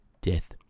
death